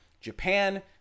Japan